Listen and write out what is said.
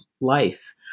life